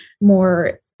more